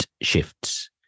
shifts